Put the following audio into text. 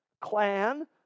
clan